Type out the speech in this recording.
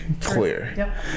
clear